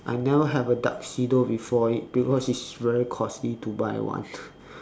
I never have a tuxedo before it because it's very costly to buy one